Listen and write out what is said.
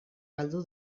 galdu